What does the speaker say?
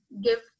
give